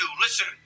Listen